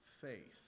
faith